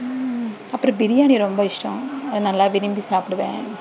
அப்புறம் பிரியாணி ரொம்ப இஷ்டம் அது நல்லா விரும்பி சாப்பிடுவேன்